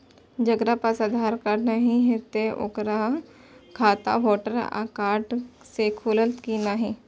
जकरा पास आधार कार्ड नहीं हेते ओकर खाता वोटर कार्ड से खुलत कि नहीं?